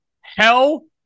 Hell